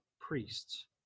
priests